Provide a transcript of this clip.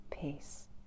peace